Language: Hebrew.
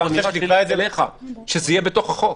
ההצעה אליך, שזה יהיה בתוך החוק.